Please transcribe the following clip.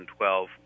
2012